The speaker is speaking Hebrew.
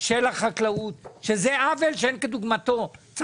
של החקלאות, כי בלי מים לא תהיה חקלאות, לכן